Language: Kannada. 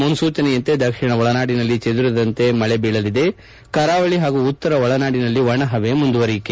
ಮುನ್ನೂಚನೆಯಂತೆ ದಕ್ಷಿಣ ಒಳನಾಡಿನಲ್ಲಿ ಚದುರಿದಂತೆ ಮಳೆ ಬೀಳಲಿದೆ ಕರಾವಳಿ ಹಾಗೂ ಉತ್ತರ ಒಳನಾಡಿನಲ್ಲಿ ಒಣಹವೆ ಮುಂದುವರಿಕೆ